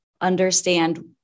understand